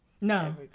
No